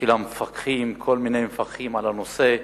ושל המפקחים, כל מיני מפקחים על הנושא,